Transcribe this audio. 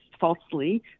falsely